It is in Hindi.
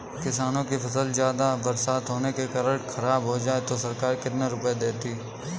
किसानों की फसल ज्यादा बरसात होने के कारण खराब हो जाए तो सरकार कितने रुपये देती है?